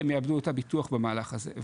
והם יאבדו את הביטוח בדבר הזה.